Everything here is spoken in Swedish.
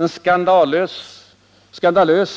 En ”skandalös